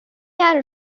jahre